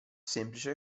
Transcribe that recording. semplice